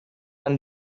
and